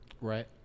Right